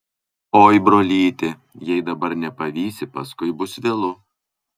oi brolyti jei dabar nepavysi paskui bus vėlu